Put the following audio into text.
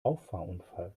auffahrunfall